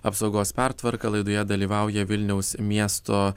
apsaugos pertvarka laidoje dalyvauja vilniaus miesto